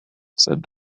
said